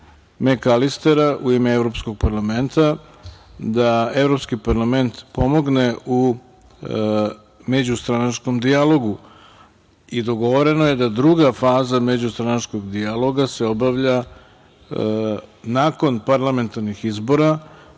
Mekalistera, u ime Evropskog parlamenta, da Evropski parlament pomogne u međustranačkom dijalogu. Dogovoreno je da se druga faza međustranačkog dijaloga obavlja nakon parlamentarnih izbora